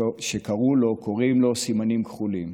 שקוראים לו "סימנים כחולים",